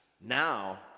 now